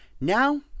Now